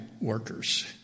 workers